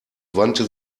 wandte